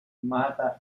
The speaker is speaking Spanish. mata